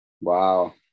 wow